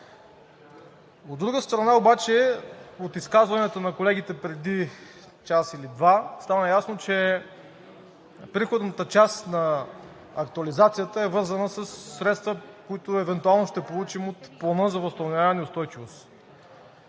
От друга страна, от изказванията на колегите преди час или два стана ясно, че приходната част на актуализацията е вързана със средства, които евентуално ще получим от Плана за възстановяване и устойчивост.